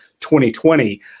2020